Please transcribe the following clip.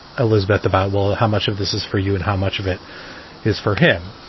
elizabeth, about, well, how much of this is for you and how much of it is for him.